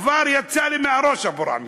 כבר יצא לי מהראש אבו ראמי.